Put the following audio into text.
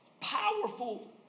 powerful